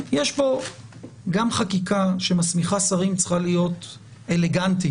גם חקיקה שמסמיכה שרים צריכה להיות אלגנטית,